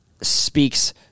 speaks